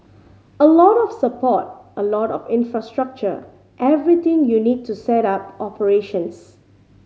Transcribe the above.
a lot of support a lot of infrastructure everything you need to set up operations